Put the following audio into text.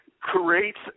creates